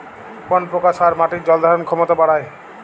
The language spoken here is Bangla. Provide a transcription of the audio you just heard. কোন প্রকার সার মাটির জল ধারণ ক্ষমতা বাড়ায়?